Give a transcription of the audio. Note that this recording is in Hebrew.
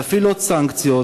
להפעיל עוד סנקציות,